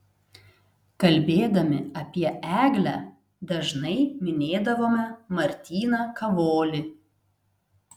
kalbėdami apie eglę dažnai minėdavome martyną kavolį